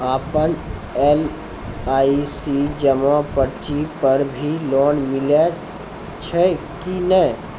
आपन एल.आई.सी जमा पर्ची पर भी लोन मिलै छै कि नै?